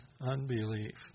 unbelief